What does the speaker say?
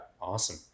awesome